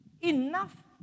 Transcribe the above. enough